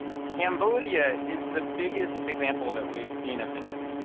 cambodia is the biggest example that we've seen of this.